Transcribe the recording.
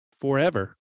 forever